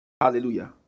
Hallelujah